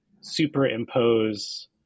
superimpose